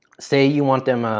say you want them, ah,